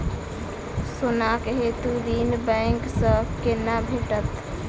सोनाक हेतु ऋण बैंक सँ केना भेटत?